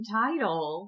title